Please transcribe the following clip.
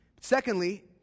Secondly